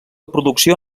producció